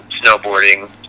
snowboarding